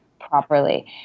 properly